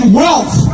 wealth